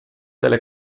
delle